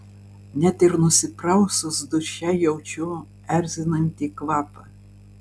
net ir nusiprausus duše jaučiu erzinantį kvapą